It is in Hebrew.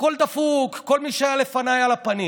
הכול דפוק, כל מי שהיה לפניי היה על הפנים.